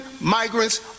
migrants